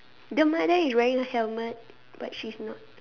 the mother is wearing a helmet but she's not